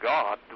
God